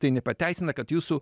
tai nepateisina kad jūsų